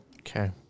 Okay